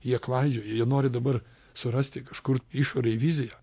jie klaidžioja jie nori dabar surasti kažkur išorėj viziją